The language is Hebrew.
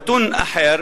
נתון אחר